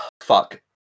Fuck